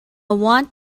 want